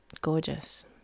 Gorgeous